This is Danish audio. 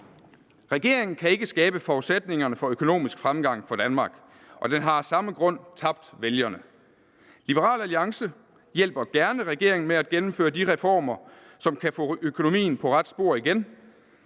Regeringen kan ikke skabe forudsætningerne for økonomisk fremgang for Danmark, og den har af samme grund tabt vælgerne. Liberal Alliance hjælper gerne regeringen med at gennemføre de reformer, som kan få økonomien på ret spor igen.